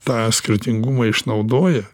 tą skirtingumą išnaudoja